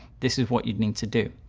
this is what you need to do.